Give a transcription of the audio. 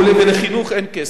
ולחינוך אין כסף.